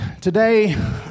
Today